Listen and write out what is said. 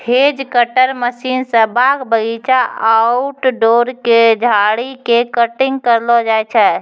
hedge cutter machine स बाग बगीचा, आउटडोर के झाड़ी के कटिंग करलो जाय छै